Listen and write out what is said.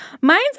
Mine's